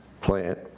plant